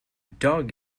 dog